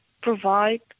provide